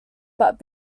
but